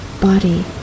body